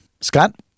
Scott